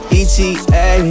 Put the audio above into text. eta